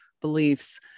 beliefs